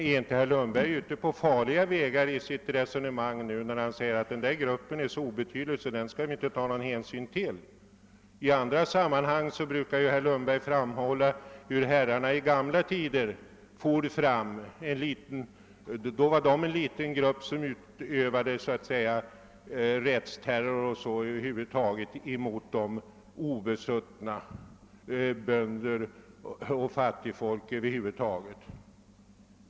Är inte herr Lundberg inne på farliga vägar när han säger att denna grupp är så obetydlig att vi inte behöver ta hänsyn till den? I andra sammanhang brukar herr Lundberg framhålla hur herrarna for fram i gamla tider. Då var det en liten grupp som höll räfst och utövade terror mot obesuttna bönder och fattigfolk över huvud taget.